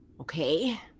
Okay